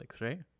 right